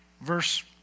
Verse